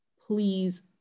please